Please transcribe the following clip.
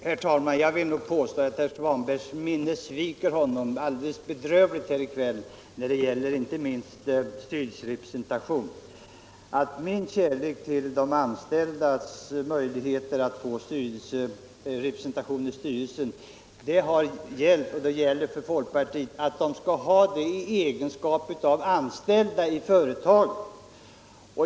Herr talman! Jag vill påstå att herr Svanbergs minne sviker honom alldeles bedrövligt här i kväll, inte minst när det gäller styrelserepresentationen. Frågan om de anställdas representation i styrelsen har för mig och folkpartiet gällt att de skall ha det i egenskap av anställda i företagen.